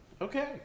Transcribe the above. Okay